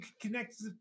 connect